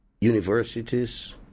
universities